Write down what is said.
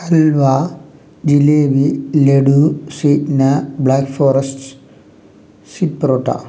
ഹൽവ ജിലേബി ലഡു സീറ്റ്ന black forest sweet parotta